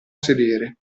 sedere